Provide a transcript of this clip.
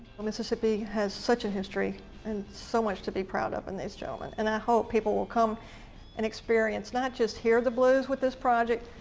mississippi has such a history and so much to be proud of in these gentlemen. and i hope people will come and experience not just hear the blues with this project.